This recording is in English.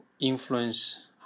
influence